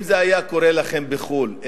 אם זה היה קורה לכם בחוץ-לארץ,